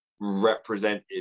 Represented